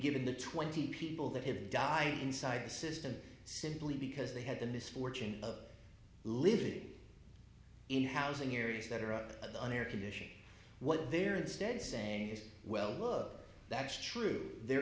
given the twenty people that have died inside the system simply because they had the misfortune of living in housing areas that are out of the on air condition what they're instead saying is well look that's true there